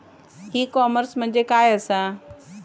E commerce म्हणजे काय असा?